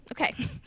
okay